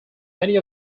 many